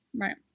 right